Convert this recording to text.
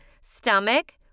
stomach